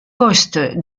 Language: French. poste